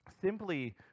simply